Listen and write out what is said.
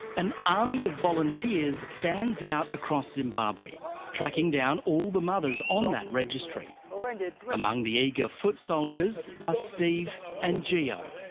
an army of volunteers fans out across zimbabwe tracking down all the mothers on that registry. among and the among the eager foot soldiers are steve and geo.